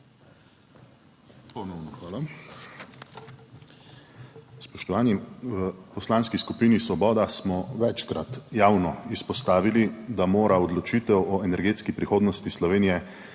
Ponovno hvala. Spoštovani. V Poslanski skupini Svoboda smo večkrat javno izpostavili, da mora odločitev o energetski prihodnosti Slovenije